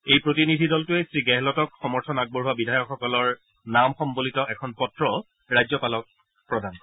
এই প্ৰতিনিধি দলটোৱে শ্ৰীগেহলটক সমৰ্থন আগবঢ়োৱা বিধায়কসকলৰ নাম সম্বলিত এখন পত্ৰ ৰাজ্যপালক প্ৰদান কৰে